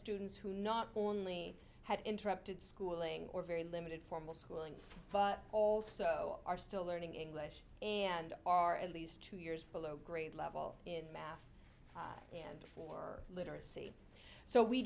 students who not only had interrupted schooling or very limited formal schooling but also are still learning english and are at least two years below grade level in math and or literacy so we